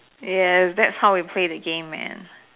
yes that's how we play the game man